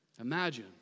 Imagine